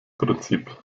prinzip